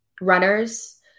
runners